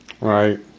right